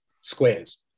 squares